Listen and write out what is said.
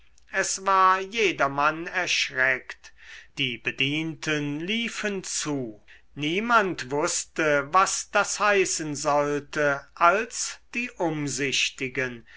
es war jedermann erschreckt die bedienten liefen zu niemand wußte was das heißen sollte als die umsichtigen